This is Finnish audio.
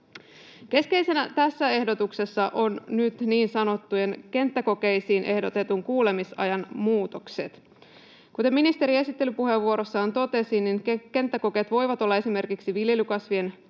Keskeisenä tässä ehdotuksessa on nyt niin sanottuihin kenttäkokeisiin ehdotetun kuulemisajan muutokset. Kuten ministeri esittelypuheenvuorossaan totesi, kenttäkokeet voivat olla esimerkiksi viljelykasvien peltokokeita